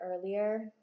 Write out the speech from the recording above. earlier